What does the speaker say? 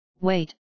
Wait